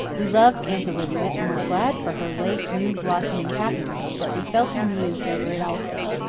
we loved aunt olivia and were glad for her late, new-blossoming happiness but we felt amused over it also.